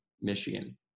Michigan